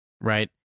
Right